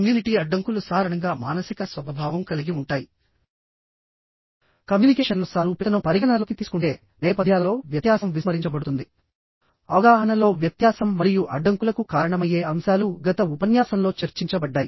community అడ్డంకులు సాధారణంగా మానసిక స్వభావం కలిగి ఉంటాయి ప్రజలు దీనిని స్వీకరిస్తారు కమ్యూనికేషన్లో సారూప్యతను పరిగణనలోకి తీసుకుంటే నేపథ్యాలలో వ్యత్యాసం విస్మరించబడుతుంది అవగాహనలో వ్యత్యాసం మరియు అడ్డంకులకు కారణమయ్యే అంశాలు గత ఉపన్యాసంలో చర్చించబడ్డాయి